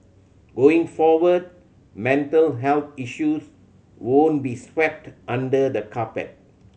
going forward mental health issues won't be swept under the carpet